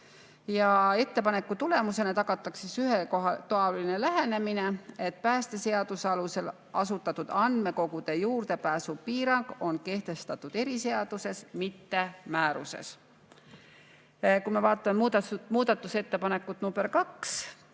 Ettepaneku abil tagatakse ühetaoline lähenemine. Päästeseaduse alusel asutatud andmekogudele juurdepääsu piirang on kehtestatud eriseaduses, mitte määruses. Vaatame muudatusettepanekut nr 2.